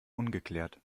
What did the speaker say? ungeklärt